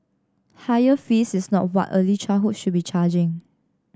higher fees is not what early childhood should be charging